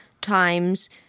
times